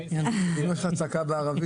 אפילו אין זכוכית מגדלת שמגדילה את